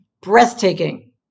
breathtaking